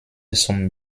zum